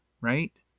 right